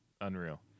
unreal